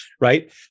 Right